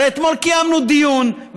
הרי אתמול קיימנו דיון,